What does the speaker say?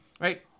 right